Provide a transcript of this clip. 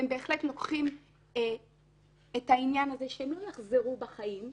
והם בהחלט לוקחים בחשבון את העניין הזה שהם לא יחזרו בחיים,